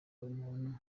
umuntu